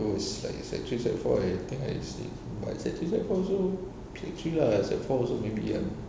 those like sec three sec four I think I sleep but I sec three sec four also lah sec four also repeat ah